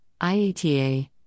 IATA